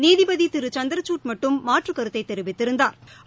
நீதிபதி திரு சந்திரசூட் மட்டும் மாற்றுக்கருத்தை தெரிவித்திருந்தாா்